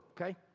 Okay